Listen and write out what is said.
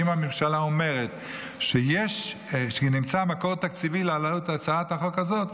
ואם הממשלה אומרת שנמצא מקור תקציבי להעלות את הצעת החוק הזאת,